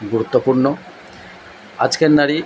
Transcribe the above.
গুরুত্বপূর্ণ আজকের নারী